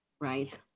right